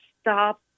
stop